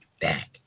back